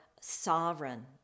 sovereign